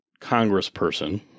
congressperson